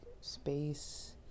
space